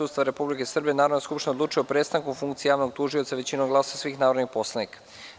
Ustava Republike Srbije Narodna skupština odlučuje o prestanku funkcije javnog tužioca većinom glasova svih narodnih poslanika.